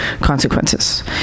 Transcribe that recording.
consequences